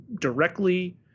directly